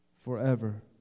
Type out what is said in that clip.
forever